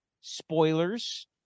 spoilers